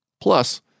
Plus